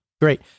Great